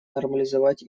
нормализовать